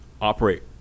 operate